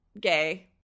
gay